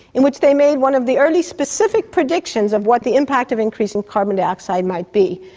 in which they made one of the early specific predictions of what the impact of increasing carbon dioxide might be.